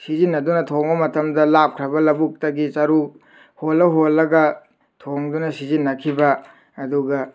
ꯁꯤꯖꯤꯟꯅꯗꯨꯅ ꯊꯣꯡꯕ ꯃꯇꯝꯗ ꯂꯥꯞꯈ꯭ꯔꯕ ꯂꯧꯕꯨꯛꯇꯒꯤ ꯆꯔꯨ ꯍꯣꯜꯂ ꯍꯣꯜꯂꯒ ꯊꯣꯡꯗꯨꯅ ꯁꯤꯖꯟꯅꯈꯤꯕ ꯑꯗꯨꯒ